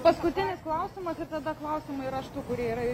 paskutinis klausimas ir tada klausimai raštu kurie yra